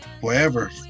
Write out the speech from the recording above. forever